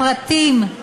הפרטים,